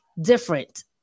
different